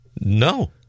No